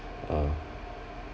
uh